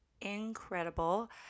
incredible